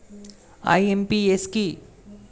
IMPS কি?